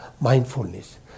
mindfulness